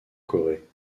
corée